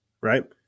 right